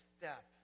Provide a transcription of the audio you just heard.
step